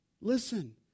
Listen